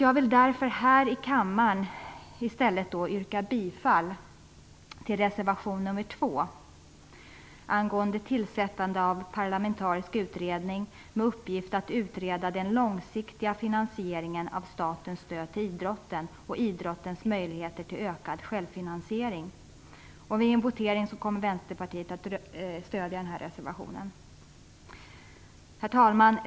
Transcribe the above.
Jag vill därför här i kammaren i stället yrka bifall till reservation nr 2 angående tillsättande av en parlamentarisk utredning med uppgift att utreda den långsiktiga finansieringen av statens stöd till idrotten och idrottens möjligheter till ökad självfinansiering. Vid en votering kommer Vänsterpartiet att stödja nämnda reservation. Herr talman!